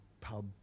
pub